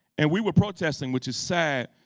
and we were protesting, which is sad.